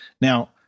Now